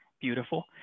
beautiful